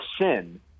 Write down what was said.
sin